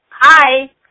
Hi